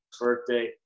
birthday